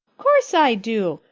course i do.